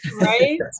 Right